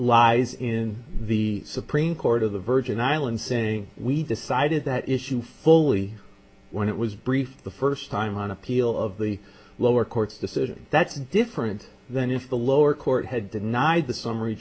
lies in the supreme court of the virgin islands saying we decided that issue fully when it was brief the first time on appeal of the lower court's decision that's different than if the lower court had denied the summary